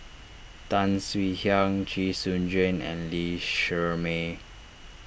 Tan Swie Hian Chee Soon Juan and Lee Shermay